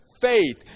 faith